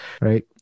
right